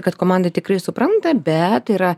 kad komanda tikrai supranta bet yra